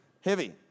heavy